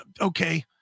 okay